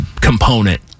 component